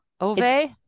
Ove